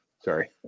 Sorry